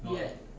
weird